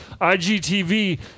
IGTV